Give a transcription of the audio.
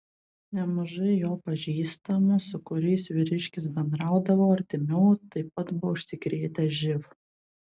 nemažai jo pažįstamų su kuriais vyriškis bendraudavo artimiau taip pat buvo užsikrėtę živ